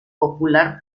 popular